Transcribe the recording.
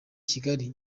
kigali